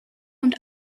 und